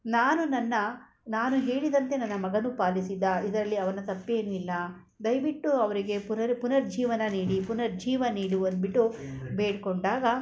ನಾನು ನನ್ನ ನಾನು ಹೇಳಿದಂತೆ ನನ್ನ ಮಗನು ಪಾಲಿಸಿದ ಇದರಲ್ಲಿ ಅವನ ತಪ್ಪೇನು ಇಲ್ಲ ದಯವಿಟ್ಟು ಅವರಿಗೆ ಪುನರ್ ಪುನರ್ಜೀವನ ನೀಡಿ ಪುನರ್ಜೀವ ನೀಡು ಅಂದುಬಿಟ್ಟು ಬೇಡಿಕೊಂಡಾಗ